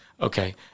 Okay